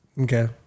okay